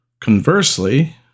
conversely